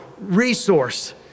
resource